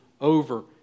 over